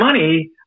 money –